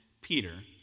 Peter